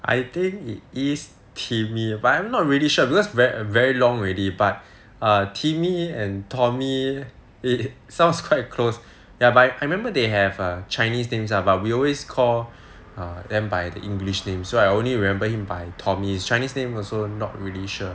I think it is timmy but I'm not really sure because very very long already but err timmy and tommy it sounds quite close ya but I remember they have a chinese names lah but we always call them by the english name so I only remember him by tommy his chinese name also not really sure